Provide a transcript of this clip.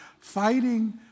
fighting